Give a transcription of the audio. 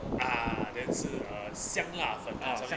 ah then 是 uh 香 lah 粉的 something like that